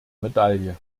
medaille